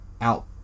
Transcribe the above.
out